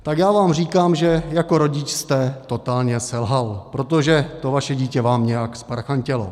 Tak já vám říkám, že jako rodič jste totálně selhal, protože to vaše dítě vám nějak zparchantělo.